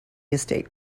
estate